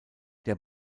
der